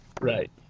Right